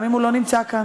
גם אם הוא לא נמצא כאן.